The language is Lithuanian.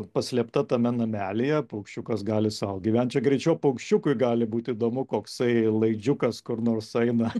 paslėpta tame namelyje paukščiukas gali sau gyvent čia greičiau paukščiukui gali būti įdomu koksai laidžiukas kur nors eina